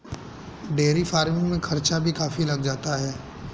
dairy farming में खर्चा भी काफी लग जाता है